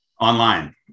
Online